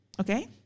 Okay